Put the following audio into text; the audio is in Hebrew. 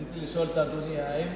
רציתי לשאול את אדוני, האם